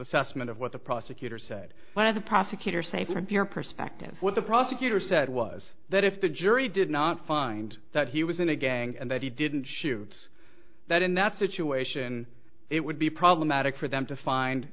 assessment of what the prosecutor said but as a prosecutor say from your perspective what the prosecutor said was that if the jury did not find that he was in a gang and that he didn't shoot that in that situation it would be problematic for them to find